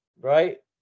right